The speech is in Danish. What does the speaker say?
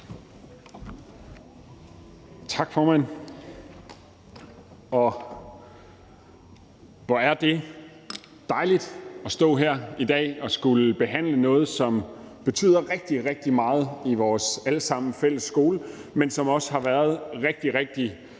Tak, formand. Hvor er det dejligt at stå her i dag og skulle behandle noget, som betyder rigtig, rigtig meget i vores alle sammens fælles skole, men som også har været rigtig, rigtig